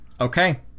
Okay